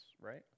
right